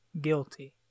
guilty